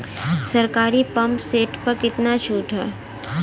सरकारी pump set प कितना छूट हैं?